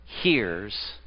Hears